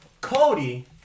Cody